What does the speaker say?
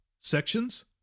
sections